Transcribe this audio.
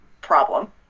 problem